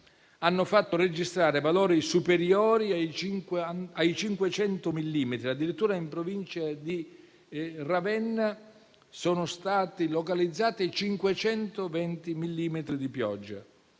hanno fatto registrare valori superiori ai 500 millimetri. Addirittura in provincia di Ravenna sono stati localizzati 520 millimetri di pioggia,